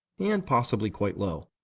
and possibly quite low,